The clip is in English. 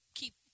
keep